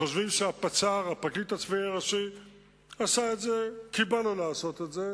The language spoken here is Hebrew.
וחושבים שהפצ"ר עשה את זה כי בא לו לעשות את זה,